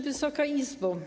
Wysoka Izbo!